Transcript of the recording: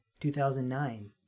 2009